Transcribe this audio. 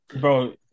Bro